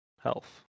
health